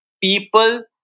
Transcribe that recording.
people